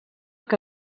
que